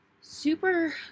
super